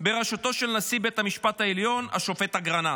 בראשותו של נשיא בית המשפט העליון השופט אגרנט.